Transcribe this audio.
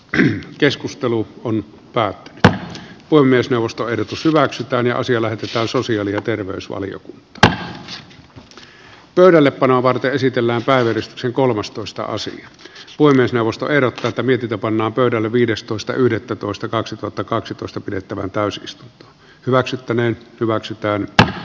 yh keskustelu on päättynyt ja voi myös neuvostoehdotus hyväksytään ja asia lähetetään sosiaali ja terveysvalio tänään pöydällepanoa varten esitellään päivystyksen kolmastoista asi oi myös neuvosto ero tätä mietitä pannaan pöydälle viidestoista yhdettätoista kaksituhattakaksitoista pidettävä täysi lista hyväksyttäneen hyväksyttävyyttä